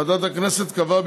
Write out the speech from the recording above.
ועדת הכנסת קבעה,